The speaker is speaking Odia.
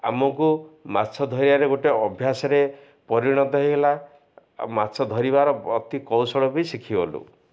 ଆମକୁ ମାଛ ଧରିବାରେ ଗୋଟେ ଅଭ୍ୟାସରେ ପରିଣତ ହେଇଗଲା ଆଉ ମାଛ ଧରିବାର ଅତି କୌଶଳ ବି ଶିଖିଗଲୁ